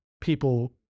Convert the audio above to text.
people